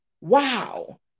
Wow